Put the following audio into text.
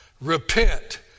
repent